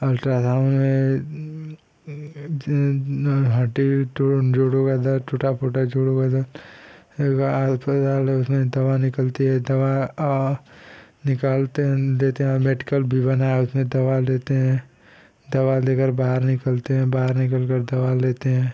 ultrasound में जिन हड्डी तोड़ जोड़ों का दर्द टूटा फूटा जोड़ों का दर्द अस्पताल है उसमें से दवा निकलती है दवा अवा निकालते हैं देते हैं और मेडिकल भी बना है उसमें दवा लेते हैं दवा लेकर बाहर निकलते हैं बाहर निकलकर दवा लेते हैं